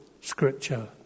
scripture